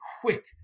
quick